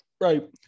right